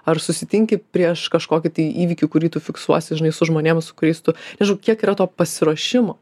ar susitinki prieš kažkokį tai įvykį kurį tu fiksuosi žinai su žmonėm su kuriais tu nežinau kiek yra to pasiruošimo